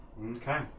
Okay